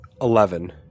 Eleven